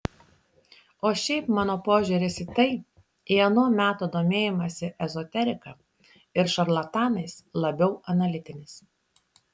o šiaip mano požiūris į tai į ano meto domėjimąsi ezoterika ir šarlatanais labiau analitinis